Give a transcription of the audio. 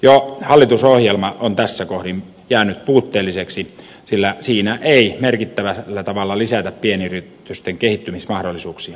jo hallitusohjelma on tässä kohdin jäänyt puutteelliseksi sillä siinä ei merkittävällä tavalla lisätä pienyritysten kehittymismahdollisuuksia